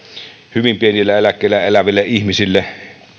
hyvin pienillä eläkkeillä eläville ihmisille